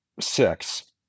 six